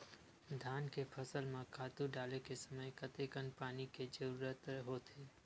धान के फसल म खातु डाले के समय कतेकन पानी के जरूरत होथे?